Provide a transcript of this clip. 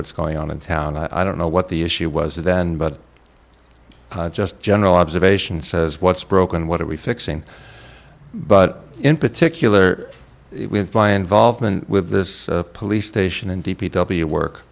what's going on in town i don't know what the issue was then but just a general observation says what's broken what are we fixing but in particular with my involvement with this police station and d p w work